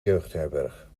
jeugdherberg